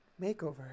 Makeover